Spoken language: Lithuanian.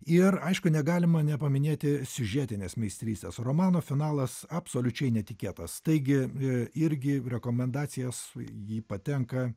ir aišku negalima nepaminėti siužetinės meistrystės romano finalas absoliučiai netikėtas taigi irgi rekomendacijas jį patenka